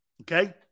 Okay